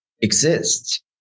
exist